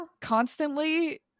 constantly